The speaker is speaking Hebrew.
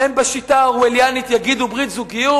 הם בשיטה האורווליאנית יגידו ברית זוגיות,